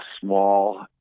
small